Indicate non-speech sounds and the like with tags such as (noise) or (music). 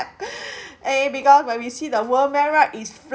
(breath) eh because when we see the world map right it's